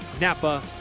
Napa